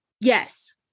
Yes